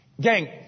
Gang